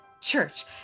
Church